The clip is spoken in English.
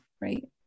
Right